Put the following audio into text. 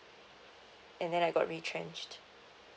and then I got retrenched